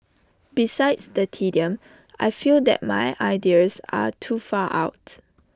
besides the tedium I feel that my ideas are too far out